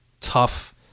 tough